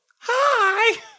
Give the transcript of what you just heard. Hi